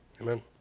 Amen